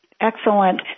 Excellent